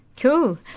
Cool